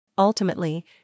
Ultimately